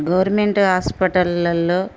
government హాస్పిటల్లల్లో